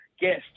guest